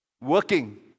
working